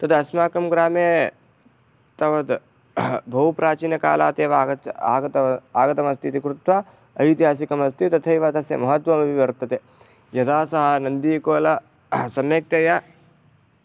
तद् अस्माकं ग्रामे तावत् बहु प्राचीनकालात् एव आगच् आगतव आगतमस्ति इति कृत्वा ऐतिहासिकमस्ति तथैव तस्य महत्त्वमपि वर्तते यदा सः नन्दीकोलः सम्यक्तया